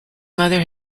mother